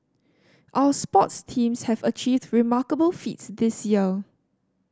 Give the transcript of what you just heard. our sports teams have achieved remarkable feats this year